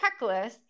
checklist